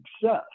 success